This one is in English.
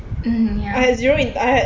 mm ya